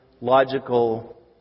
logical